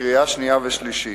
לקריאה שנייה ולקריאה שלישית.